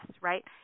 right